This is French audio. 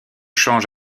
change